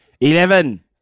Eleven